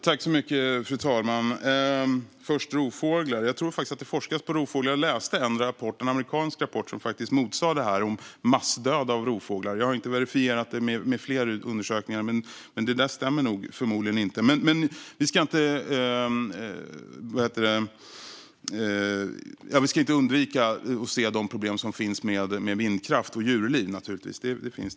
Fru talman! Först, när det gäller rovfåglar, tror jag att det forskas på det. Jag läste en amerikansk rapport som motsa att det sker en massdöd av rovfåglar. Jag har inte verifierat med fler undersökningar, men det där stämmer förmodligen inte. Vi ska dock inte undvika att se de problem som finns med vindkraft och djurliv, för de finns naturligtvis.